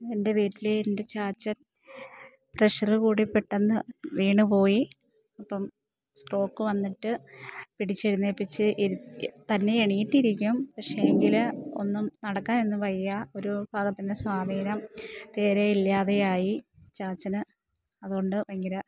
എൻ്റെ വീട്ടിലേ എൻ്റെ ചാച്ചൻ പ്രഷറ് കൂടി പെട്ടന്ന് വീണ് പോയി അപ്പം സ്ട്രോക്ക് വന്നിട്ട് പിടിച്ചെഴുന്നേൽപ്പിച്ച് ഇരുത്തിയാൽ തന്നെ എണീറ്റിരിക്കും പക്ഷേങ്കിൽ ഒന്നും നടക്കാനൊന്നും വയ്യ ഒരു ഭാഗത്തിൻ്റെ സ്വാധീനം തീരെയില്ലാതെയായി ചാച്ചന് അതുകൊണ്ട് ഭയങ്കര